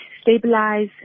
stabilize